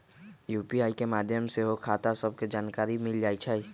UPI के माध्यम से सेहो खता सभके जानकारी मिल जाइ छइ